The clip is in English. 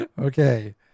Okay